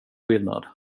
skillnad